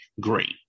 great